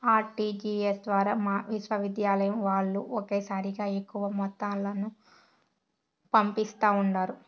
RTGS ద్వారా మా విశ్వవిద్యాలయం వాల్లు ఒకేసారిగా ఎక్కువ మొత్తాలను పంపిస్తా ఉండారు